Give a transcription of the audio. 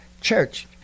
church